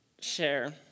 share